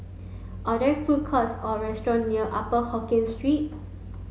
are there food courts or restaurant near Upper Hokkien Street